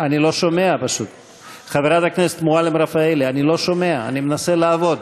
וקבוצת סיעת מרצ לסעיף 1 לא נתקבלה.